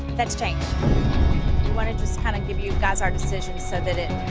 that's changed. we wanna just kind of give you guys our decision so that it